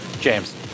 James